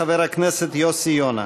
חבר הכנסת יוסי יונה.